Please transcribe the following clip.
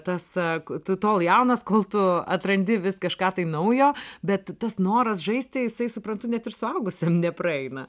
tas tu tol jaunas kol tu atrandi vis kažką tai naujo bet tas noras žaisti jisai suprantu net ir suaugus nepraeina